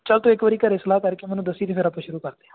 ਚਲ ਤੂੰ ਇੱਕ ਵਾਰੀ ਘਰ ਸਲਾਹ ਕਰਕੇ ਮੈਨੂੰ ਦੱਸੀਂ ਅਤੇ ਫਿਰ ਆਪਾਂ ਸ਼ੁਰੂ ਕਰਦੇ ਹਾਂ